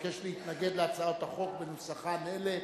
שמבקש להתנגד להצעות החוק בנוסחיהן אלה,